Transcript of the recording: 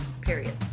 period